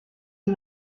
die